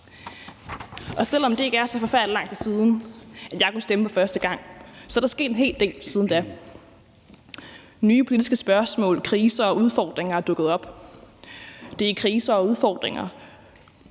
af. Selv om det ikke er så forfærdelig lang tid siden, at jeg kunne stemme for første gang, er der sket en hel del siden da. Nye politiske spørgsmål, kriser og udfordringer er dukket op. Det er kriser og udfordringer,